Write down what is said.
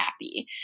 happy